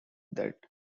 that